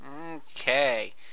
Okay